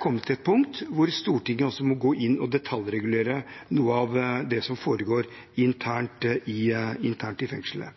kommet til et punkt hvor Stortinget må gå inn og detaljregulere noe av det som foregår internt i fengslene.